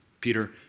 Peter